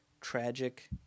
tragic